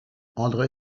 andré